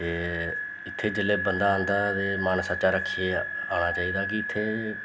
ते इत्थें जेल्लै बंदा आंदा ते मन सच्चा रक्खियै आना चाहिदा कि इत्थें